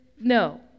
no